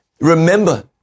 Remember